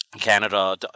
Canada